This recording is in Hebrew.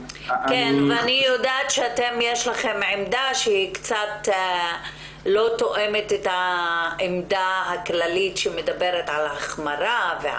אני יודעת גם שיש לכם עמדה שלא תואמת את העמדה הכללית שמדברת על החמרה.